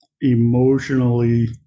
emotionally